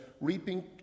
reaping